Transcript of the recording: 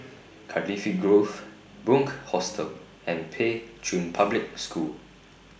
Cardifi Grove Bunc Hostel and Pei Chun Public School